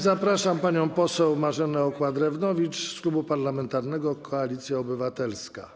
Zapraszam panią poseł Marzenę Okła-Drewnowicz z Klubu Parlamentarnego Koalicja Obywatelska.